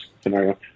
scenario